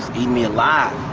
eating me alive.